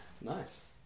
Nice